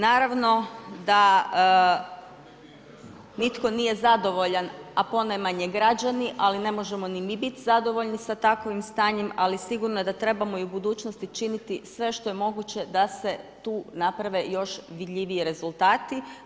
Naravno da nitko nije zadovoljan, a ponajmanje građani, ali ne možemo ni mi biti sa takvim stanjem, ali sigurno da trebamo i u budućnosti činiti sve što je moguće da se tu naprave još vidljiviji rezultati.